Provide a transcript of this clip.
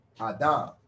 Adam